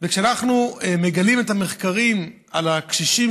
וכשאנחנו מגלים את המחקרים על הקשישים,